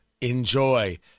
enjoy